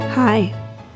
Hi